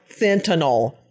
fentanyl